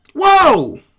Whoa